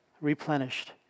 replenished